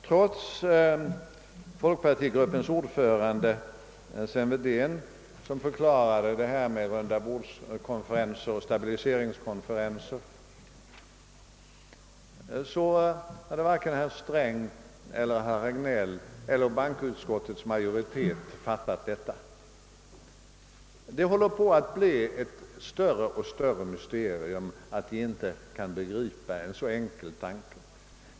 Trots att folkpartiets ordförande Sven Wedén har förklarat detta med rundabordsoch stabiliseringskonferenser har varken herr Sträng, herr Hagnell eller bankoutskottets majoritet fattat meningen. Det blir ett allt större mysterium att man inte begriper en så enkel tanke.